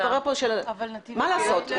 מה לעשות?